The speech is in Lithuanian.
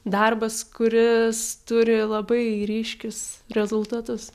darbas kuris turi labai ryškius rezultatus